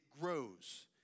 grows